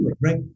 Right